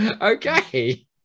Okay